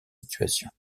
situation